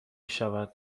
شود